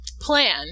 plan